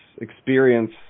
experience